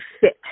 fit